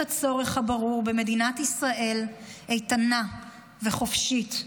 הצורך הברור במדינת ישראל איתנה וחופשית,